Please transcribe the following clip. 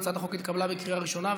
הצעת החוק נתקבלה בקריאה ראשונה,